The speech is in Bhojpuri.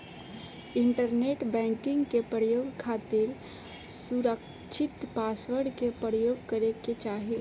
इंटरनेट बैंकिंग के प्रयोग खातिर सुरकछित पासवर्ड के परयोग करे के चाही